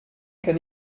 kann